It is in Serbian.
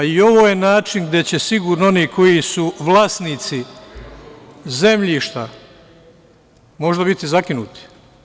I ovo je način gde će sigurno oni koji su vlasnici zemljišta možda biti zakinuti.